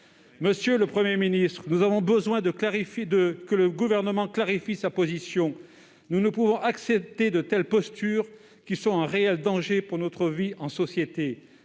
Monsieur le Premier ministre, nous avons besoin d'entendre le Gouvernement clarifier sa position ; nous ne pouvons accepter de telles postures, qui sont un réel danger pour notre vie en société.